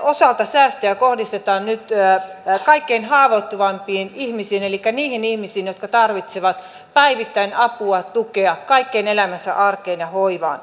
palveluiden osalta säästöjä kohdistetaan nyt kaikkein haavoittuvimpiin ihmisiin elikkä niihin ihmisiin jotka tarvitsevat päivittäin apua ja tukea kaikkeen elämänsä arkeen ja hoivaan